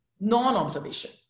non-observation